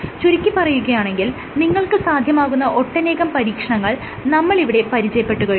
ചുരുക്കിപ്പറയുകയാണെങ്കിൽ നിങ്ങൾക്ക് സാധ്യമാകുന്ന ഒട്ടനേകം പരീക്ഷണങ്ങൾ നമ്മൾ ഇവിടെ പരിചയപ്പെട്ടു കഴിഞ്ഞു